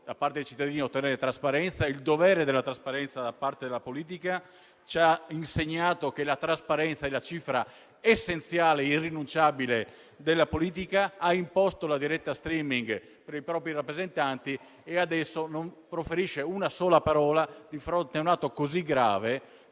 da parte dei cittadini ad ottenere trasparenza e il dovere della trasparenza da parte della politica, che ci ha insegnato che la trasparenza è la cifra essenziale e irrinunciabile della politica, che ha imposto la diretta *streaming* per i propri rappresentanti e adesso non proferisce una sola parola di fronte ad un atto così grave